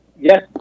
Yes